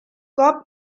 cop